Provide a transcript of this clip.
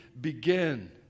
begin